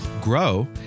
grow